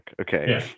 Okay